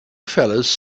fellas